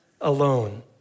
alone